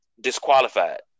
disqualified